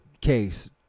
case